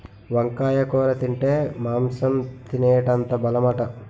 వంకాయ కూర తింటే మాంసం తినేటంత బలమట